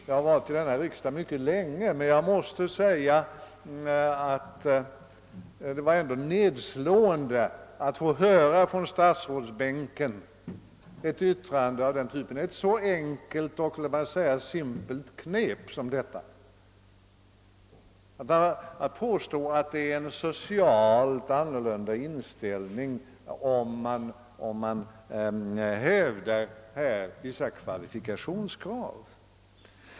Jag har varit i denna riksdag mycket länge, men jag måste säga att det ändå var nedslående att från statsrådsbänken få höra ett yttrande av den typen, ett så enkelt och simpelt knep som detta att påstå att man har en socialt annorlunda inställning om man hävdar vissa kvalifikationskrav.